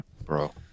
Bro